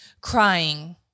crying